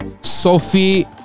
Sophie